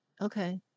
okay